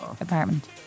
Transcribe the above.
apartment